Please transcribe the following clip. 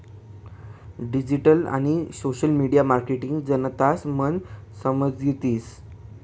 digital आणि social media marketing जनतानं मन समजतीस